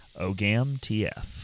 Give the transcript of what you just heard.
ogamtf